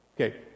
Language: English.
Okay